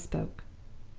and spoke.